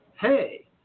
hey